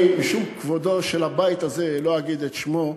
משום כבודו של הבית הזה אני לא אגיד את שמו,